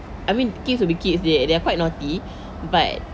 I mean kids will be kids they they are quite naughty but